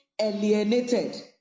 alienated